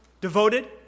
devoted